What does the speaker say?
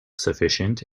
sufficient